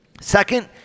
Second